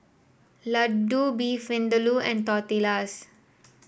Ladoo Beef Vindaloo and Tortillas